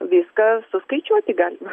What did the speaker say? viską suskaičiuoti galima